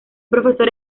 profesor